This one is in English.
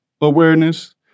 awareness